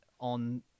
on